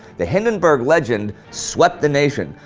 the hindenburg legend swept the nation,